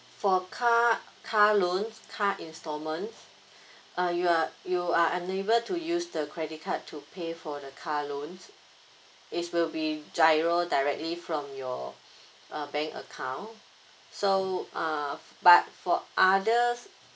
so car car loans car installment uh you are you are unable to use the credit card to pay for the car loans it's will be GIRO directly from your uh bank account so uh but for others